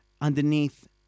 underneath